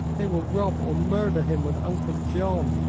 they will rob or murder him with uncle john